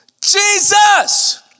Jesus